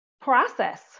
process